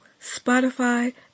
Spotify